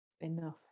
enough